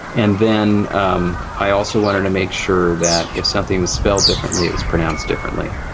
and then um i also wanted to make sure that if something was spelled differently it was pronounced differently.